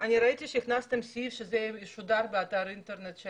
ראיתי שהכנסתם סעיף שזה ישודר באתר האינטרנט של